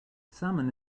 salmon